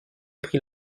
prix